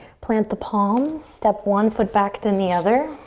plant the palms, step one foot back then the other.